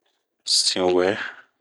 Sin wɛɛ.